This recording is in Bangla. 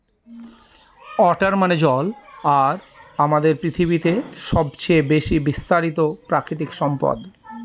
ওয়াটার মানে জল আর আমাদের পৃথিবীতে সবচেয়ে বেশি বিস্তারিত প্রাকৃতিক সম্পদ